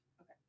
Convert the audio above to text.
Okay